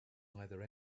either